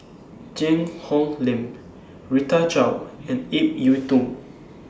Cheang Hong Lim Rita Chao and Ip Yiu Tung